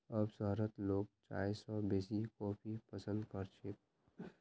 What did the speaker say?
अब शहरत लोग चाय स बेसी कॉफी पसंद कर छेक